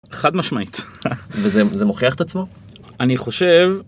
חד משמעית. וזה מוכיח את עצמו? אני חושב...